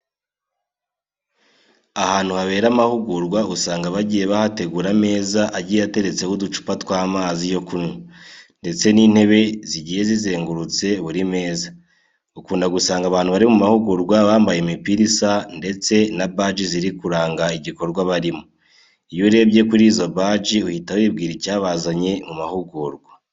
Ahantu habera amahugurwa usanga bagiye bahategura ameza agiye ateretseho uducupa tw'amazi yo kunywa ndetse n'intebe zigiye zizengurutse buri meza. Ukunda gusanga abantu bari mu mahugurwa bambaye imipira isa ndetse na baji ziri kuranga igikorwa barimo. Iyo urebye kuri izo baji uhita wibwira icyabazanye mu mahugurwa.